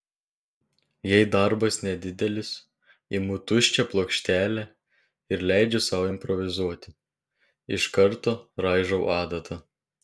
jei darbas nedidelis imu tuščią plokštelę ir leidžiu sau improvizuoti iš karto raižau adata